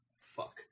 Fuck